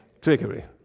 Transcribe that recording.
Trickery